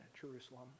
Jerusalem